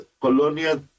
Colonia